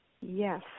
Yes